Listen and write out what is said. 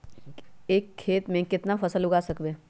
एक खेत मे केतना फसल उगाय सकबै?